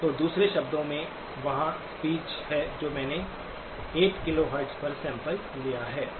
तो दूसरे शब्दों में वहाँ स्पीच है जो मैंने 8 किलो हेर्त्ज़ पर सैंपल लिया है